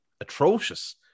atrocious